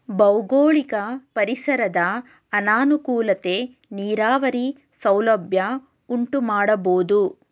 ಭೌಗೋಳಿಕ ಪರಿಸರದ ಅನಾನುಕೂಲತೆ ನೀರಾವರಿ ಸೌಲಭ್ಯ ಉಂಟುಮಾಡಬೋದು